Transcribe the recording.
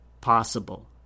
possible